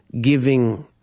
giving